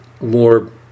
more